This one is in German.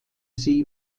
sie